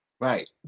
Right